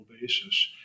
basis